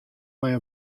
mei